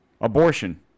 Abortion